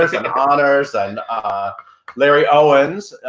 and honors and ah larry owens,